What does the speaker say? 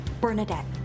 Bernadette